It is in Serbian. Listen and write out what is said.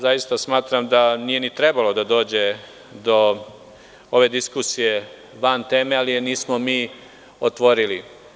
Zaista smatram da nije ni trebalo da dođe do ove diskusije van teme, ali je nismo mi otvorili.